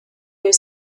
you